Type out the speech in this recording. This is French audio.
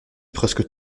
presque